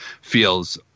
feels